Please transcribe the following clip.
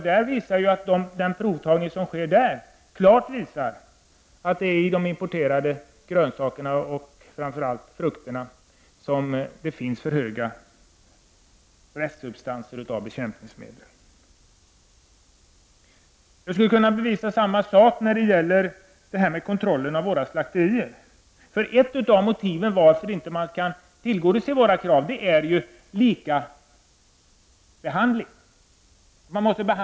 Den provtagning som tas där visar klart att det är i de importerade grönsakerna och framför allt i frukterna som det finns för höga restsubstanser av bekämpningsmedel. Jag kan påvisa ungefär samma förhållanden vad gäller kontrollen av våra slakterier. Ett motiv för att våra krav inte kan uppfyllas är, som det heter, kravet på likabehandling.